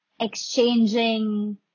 exchanging